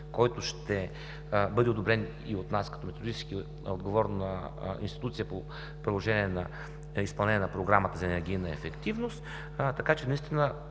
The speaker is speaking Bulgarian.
който ще бъде одобрен и от нас като методически отговорна институция по приложение и изпълнение на Програмата за енергийна ефективност, така че наистина